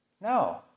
No